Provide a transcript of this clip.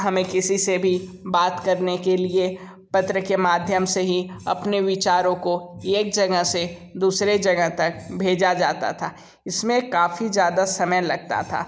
हमें किसी से भी बात करने के लिए पत्र के माध्यम से ही अपने विचारों को एक जगह से दूसरे जगह तक भेजा जाता था इसमें काफ़ी ज़्यादा समय लगता था